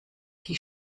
die